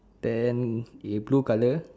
then eh blue colour